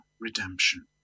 redemption